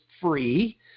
free